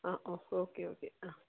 ആ okay okay ആ